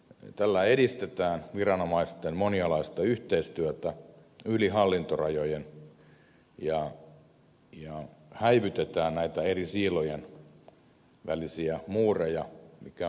tällä edistetään viranomaisten monialaista yhteistyötä yli hallintorajojen ja häivytetään näitä eri siilojen välisiä muureja mikä on erinomaisen tärkeätä